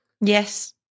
Yes